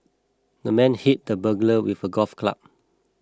the man hit the burglar with a golf club